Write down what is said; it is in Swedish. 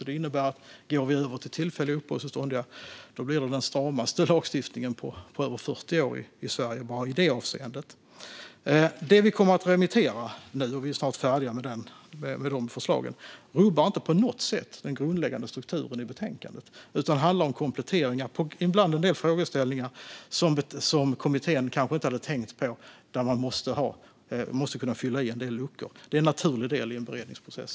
Det innebär att om vi går över till tillfälliga uppehållstillstånd blir det den stramaste lagstiftningen på över 40 år i Sverige bara i detta avseende. Det som vi nu kommer att remittera - vi är snart färdiga med dessa förslag - rubbar inte på något sätt den grundläggande strukturen i betänkandet utan handlar om kompletteringar när det gäller en del frågeställningar, där kommittén kanske inte hade tänkt på att man måste kunna fylla i en del luckor. Det är en naturlig del i en beredningsprocess.